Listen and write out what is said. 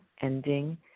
ending